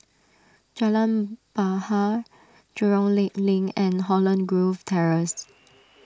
Jalan Bahar Jurong Lake Link and Holland Grove Terrace